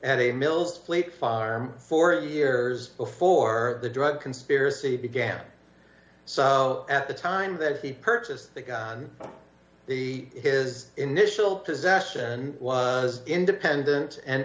fleet farm for years before the drug conspiracy began so at the time that he purchased the gun the his initial possession was independent and